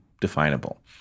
definable